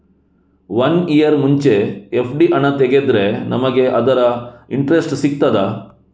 One year ಮುಂಚೆ FD ಹಣ ತೆಗೆದ್ರೆ ನಮಗೆ ಅದರ ಇಂಟ್ರೆಸ್ಟ್ ಸಿಗ್ತದ?